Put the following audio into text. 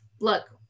look